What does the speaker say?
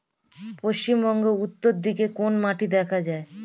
পশ্চিমবঙ্গ উত্তর দিকে কোন মাটি দেখা যায়?